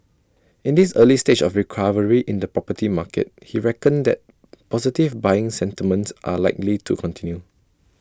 in this early stage of recovery in the property market he reckoned that positive buying sentiments are likely to continue